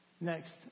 Next